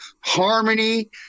harmony